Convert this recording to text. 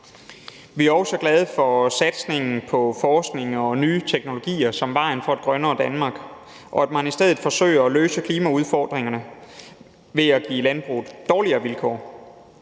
Vi er også glade for satsningen på forskning og nye teknologier som vejen til et grønnere Danmark, i stedet for at man forsøger at løse klimaudfordringerne ved at give landbruget dårligere vilkår.